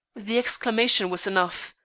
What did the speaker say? the exclamation was enough.